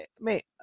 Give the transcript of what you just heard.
mate